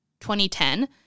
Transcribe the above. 2010